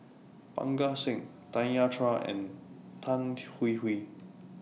Parga Singh Tanya Chua and Tan Hwee Hwee